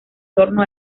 torno